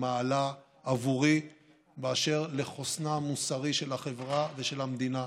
במעלה עבורי לחוסנה המוסרי של החברה ושל המדינה,